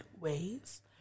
ways